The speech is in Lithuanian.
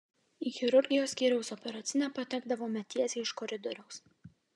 į chirurgijos skyriaus operacinę patekdavome tiesiai iš koridoriaus